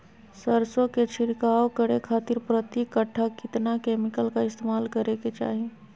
सरसों के छिड़काव करे खातिर प्रति कट्ठा कितना केमिकल का इस्तेमाल करे के चाही?